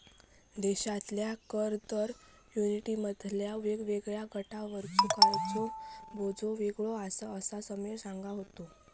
देशातल्या कर दर युनिटमधल्या वेगवेगळ्या गटांवरचो कराचो बोजो वेगळो आसा, असा समीर सांगा होतो